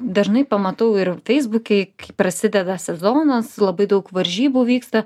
dažnai pamatau ir feisbuke kai prasideda sezonas labai daug varžybų vyksta